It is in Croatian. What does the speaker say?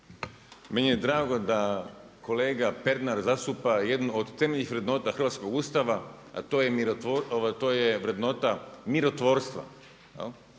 Meni je drago da kolega Pernar zastupa jednu od temeljnih vrednota hrvatskog Ustava a to je vrednota mirotvorstva.